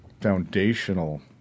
foundational